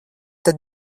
tad